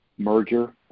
merger